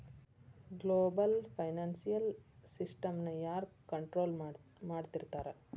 Global financial ಸಿಸ್ಟಮ್ನ ಯಾರ್ control ಮಾಡ್ತಿರ್ತಾರ?